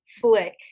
flick